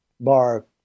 bar